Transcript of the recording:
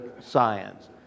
science